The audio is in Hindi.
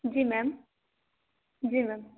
जी मैम जी मैम